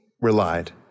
relied